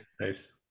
Nice